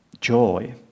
joy